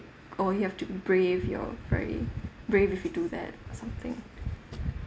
or you have to be brave you're very brave if you do that or something